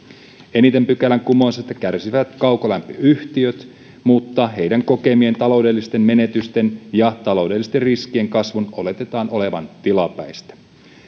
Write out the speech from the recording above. eniten pykälän kumoamisesta kärsisivät kaukolämpöyhtiöt mutta heidän kokemiensa taloudellisten menetysten ja taloudellisten riskien kasvun oletetaan olevan tilapäistä